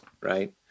right